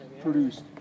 produced